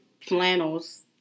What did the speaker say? flannels